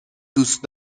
دوست